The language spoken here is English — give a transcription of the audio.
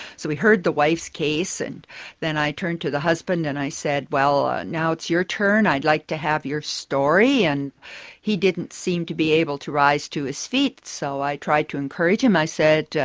so we heard the wife's case, and then i turned to the husband and i said, well, now it's your turn, i'd like to have your story. and he didn't seem to be able to rise to his feet, so i tried to encourage him, i said,